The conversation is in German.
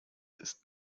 ist